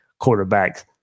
quarterbacks